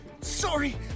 sorry